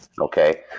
okay